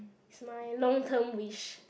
is my long term wish